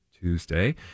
Tuesday